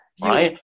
right